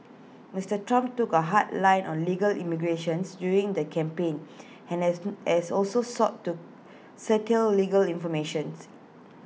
Mister Trump took A hard line on legal immigrations during the campaign and has has also sought to curtail legal informations